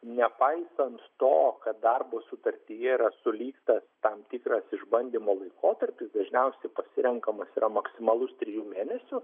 nepaisant to kad darbo sutartyje yra sulygtas tam tikras išbandymo laikotarpis dažniausiai pasirenkamas yra maksimalus trijų mėnesių